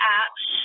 apps